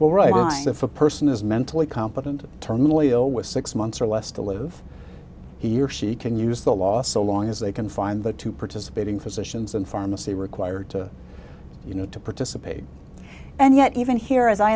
all right if a person is mentally competent terminally ill with six months or less to live he or she can use the law so long as they can find the two participating physicians and pharmacy required to you know to participate and yet even here as i